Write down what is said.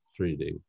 3D